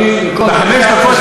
את חוסר ההבנה,